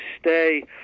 stay